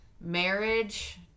marriage